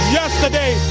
yesterday